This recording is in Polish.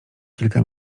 kilka